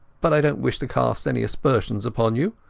but i donat wish to cast any aspersions upon you.